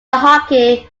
hockey